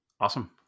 Awesome